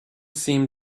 seemed